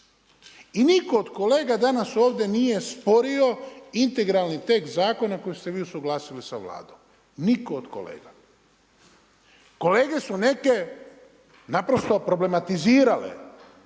I nitko od kolega danas ovdje nije sporio integralni tekst zakona koji ste vi usuglasili sa Vladom. Nitko od kolega. Kolege su neke naprosto problematizirale